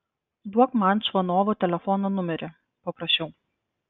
duok man čvanovo telefono numerį paprašiau